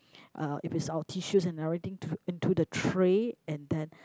uh if it's our tissues and everything to into the tray and then